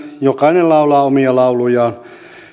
jokainen laulaa omia laulujaan